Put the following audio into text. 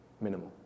minimal